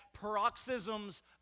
paroxysms